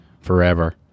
forever